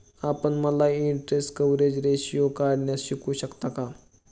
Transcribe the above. आपण मला interest coverage ratio काढण्यास शिकवू शकता का?